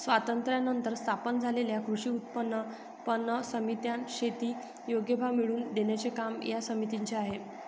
स्वातंत्र्यानंतर स्थापन झालेल्या कृषी उत्पन्न पणन समित्या, शेती योग्य भाव मिळवून देण्याचे काम या समितीचे आहे